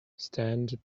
stand